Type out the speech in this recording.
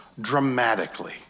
dramatically